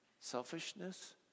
Selfishness